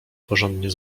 porządnie